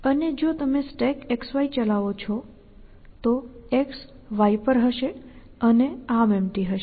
અને જો તમે StackXY ચલાવો છો તો X Y પર હશે અને ArmEmpty હશે